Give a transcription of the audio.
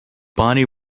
body